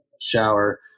Shower